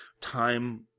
time